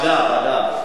ועדה.